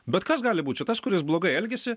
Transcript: bet kas gali būt čia tas kuris blogai elgiasi